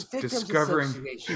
discovering